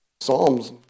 Psalms